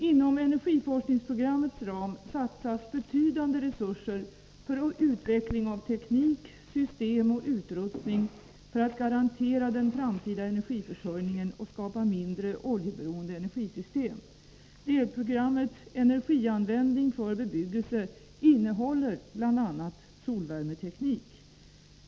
Inom energiforskningsprogrammets ram satsas betydande resurser för utveckling av teknik, system och utrustning för att garantera den framtida energiförsörjningen och skapa mindre oljeberoende energisystem. Delprogrammet Energianvändning för bebyggelse innehåller bl.a. solvärmeteknik.